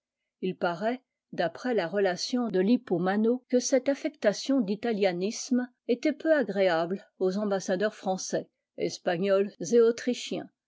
il paraît d'après la relation de lippomano que cette affectation d'italianisme était pou agréable aux ambassadeurs français espagnols et autrichiens